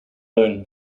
alone